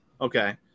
Okay